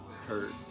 hurt